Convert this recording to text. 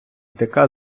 така